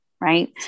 Right